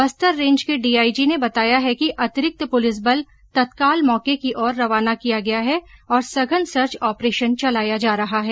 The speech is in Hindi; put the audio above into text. बस्तर रेंज के डीआईजी ने बताया है कि अतिरिक्त पुलिस बल तत्काल मौके की ओर रवाना किया गया है और सघन सर्च ऑपरेशन चलाया जा रहा है